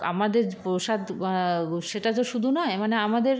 আমাদের প্রসাদ সেটা তো শুধু নয় মানে আমাদের